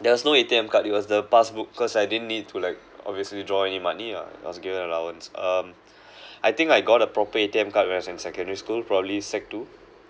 there's no A_T_M card it was the passbook cause I didn't need to like obviously drawing any money ah I was given an allowance um I think I got appropriate A_T_M card when I was in secondary school probably sec two